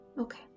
Okay